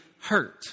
hurt